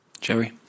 Jerry